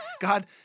God